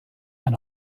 and